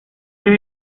las